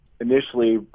initially